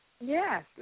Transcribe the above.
Yes